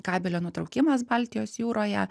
kabelio nutraukimas baltijos jūroje